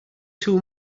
too